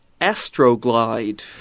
Astroglide